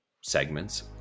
segments